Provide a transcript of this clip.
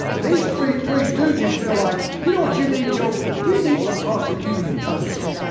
these three three stooges feel like, you know what you need job. you need some prosecuting attorneys.